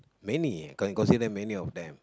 many can consider many of them